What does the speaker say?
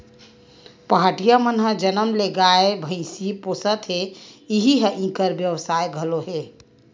पहाटिया मन ह जनम ले गाय, भइसी पोसत हे इही ह इंखर बेवसाय घलो हे